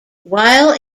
while